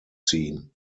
ziehen